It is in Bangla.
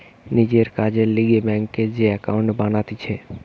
নিজের কাজের লিগে ব্যাংকে যে একাউন্ট বানাতিছে